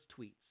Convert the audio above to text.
tweets